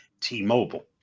t-mobile